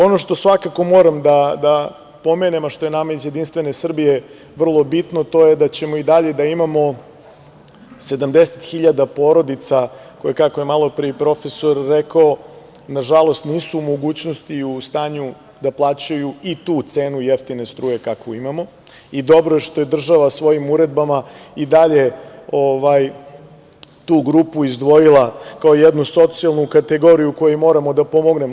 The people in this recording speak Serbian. Ono što svakako moram da pomenem, a što je nama iz JS vrlo bitno, to je da ćemo i dalje da imamo 70 hiljada porodica koje, kako je malopre i profesor rekao, nažalost nisu u mogućnosti i u stanju da plaćaju i tu cenu jeftine struje kakvu imamo i dobro je što je država svojim uredbama i dalje tu grupu izdvojila kao jednu socijalnu kategoriju kojoj moramo da pomognemo.